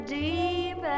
deep